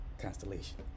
Constellation